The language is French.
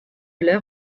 leur